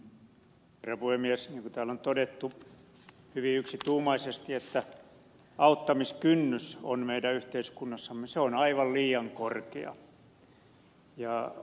niin kuin täällä on todettu hyvin yksituumaisesti auttamiskynnys on meidän yhteiskunnassamme aivan liian korkea